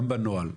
גם בנוהל,